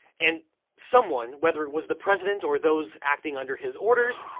and someone whether it was the president or those acting under his orders,